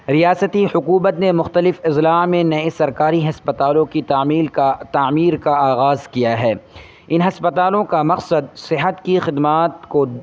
ریاستی حکومت نے مختلف اضلاع میں نئے سرکاری ہسپتالوں کی تعمیل کا تعمیر کا آغاز کیا ہے ان ہسپتالوں کا مقصد صحت کی خدمات کو